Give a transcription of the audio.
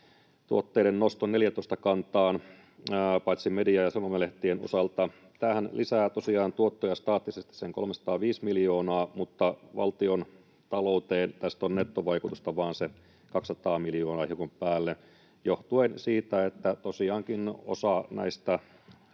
tuotteiden nosto 14-kantaan paitsi media- ja sanomalehtien osalta. Tämähän lisää tosiaan tuottoja staattisesti sen 305 miljoonaa, mutta valtiontalouteen tästä on nettovaikutusta vain se 200 miljoonaa, hiukan päälle, johtuen siitä, että tosiaankin osa näistä